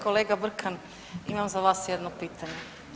Kolega Brkan, imam za vas jedno pitanje.